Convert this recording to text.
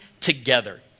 together